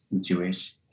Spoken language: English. Jewish